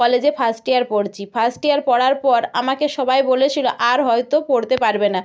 কলেজে first year পড়ছি first year পড়ার পর আমাকে সবাই বলেছিল আর হয়তো পড়তে পারবে না